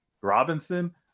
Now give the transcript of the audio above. Robinson